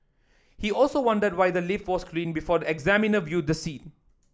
he also wondered why the lift was cleaned before the examiner viewed the scene